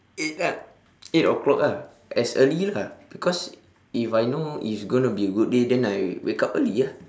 eight ah eight o'clock ah as early lah because if I know it's gonna be a good day then I wake up early ah